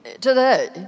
today